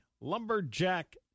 Lumberjack